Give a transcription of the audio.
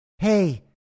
Hey